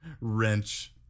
wrench